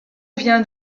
vient